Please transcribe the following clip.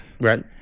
Right